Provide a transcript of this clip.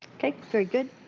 okay. very good.